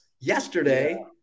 yesterday